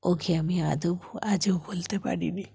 ওকে আমি আদৌ আজও ভুলতে পারিনি